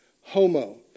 Homo